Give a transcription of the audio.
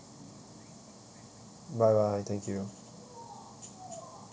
bye bye thank you